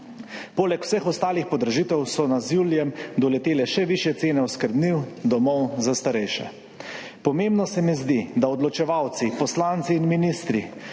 Poleg vseh ostalih podražitev so nas z julijem doletele še višje cene oskrbnin domov za starejše. Pomembno se mi zdi, da smo odločevalci, poslanci in ministri,